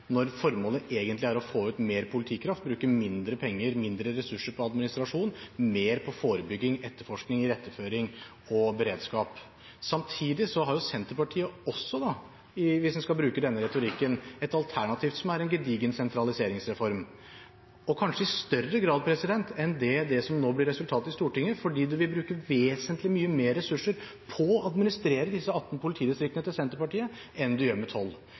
når formålet egentlig er å få ut mer politikraft og bruke mindre penger, mindre ressurser, på administrasjon og mer på forebygging, etterforskning, iretteføring og beredskap. Samtidig har Senterpartiet også, hvis en skal bruke denne retorikken, et alternativ som er en gedigen sentraliseringsreform, og kanskje i større grad enn det som nå blir resultatet i Stortinget fordi en vil bruke vesentlig mye mer ressurser på å administrere disse 18 politidistriktene til Senterpartiet enn en gjør med